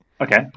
Okay